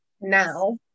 now